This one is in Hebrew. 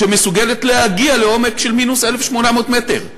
שמסוגלים להגיע לעומק של מינוס 1,800 מטר.